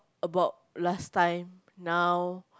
about last time now